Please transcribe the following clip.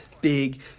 big